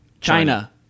China